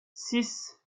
six